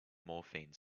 morphine